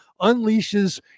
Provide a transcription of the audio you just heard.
unleashes